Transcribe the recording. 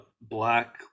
black